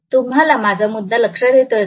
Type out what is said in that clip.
तुम्हाला माझा मुद्दा लक्षात येतोय का